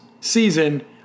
season